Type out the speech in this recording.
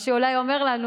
מה שאולי אומר לנו,